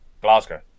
Glasgow